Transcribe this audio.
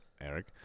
Eric